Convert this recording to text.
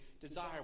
desire